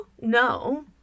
no